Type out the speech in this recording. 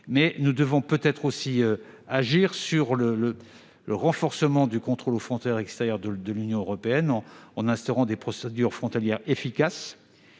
Nous devons peut-être aussi renforcer le contrôle aux frontières extérieures de l'Union européenne en instaurant des procédures frontalières efficaces,